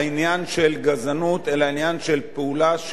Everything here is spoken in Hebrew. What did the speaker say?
אלא העניין של פעולה שיש בה הסתה לגזענות.